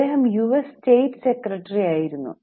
അദ്ദേഹം US state secretary ആയിരുന്നു